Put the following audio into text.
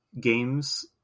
games